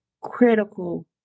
critical